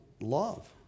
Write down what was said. love